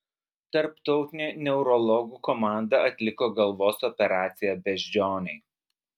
tarptautinė neurologų komanda atliko galvos operaciją beždžionei